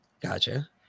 Gotcha